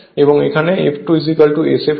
এবং এখানে f2 Sf হয়